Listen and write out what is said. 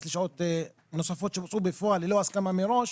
לשעות נוספות שבוצעו בפועל ללא הסכמה מראש,